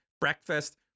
breakfast